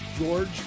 George